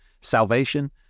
salvation